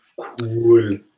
Cool